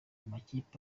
amakipe